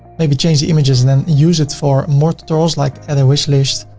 maybe change the images and then use it for more tutorials like add a wishlist,